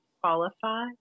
qualify